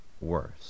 worse